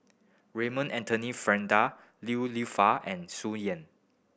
Raymond Anthony Fernando Li Lienfung and Tsung Yeh